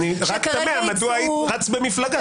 שכרגע יצאו -- אני רק תמה מדוע רצת במפלגה